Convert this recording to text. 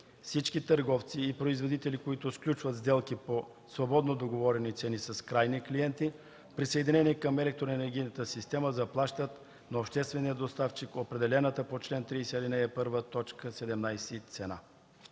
Всички търговци и производители, които сключват сделки по свободно договорени цени с крайни клиенти, присъединени към електроенергийната система заплащат на обществения доставчик определената по чл. 30, ал.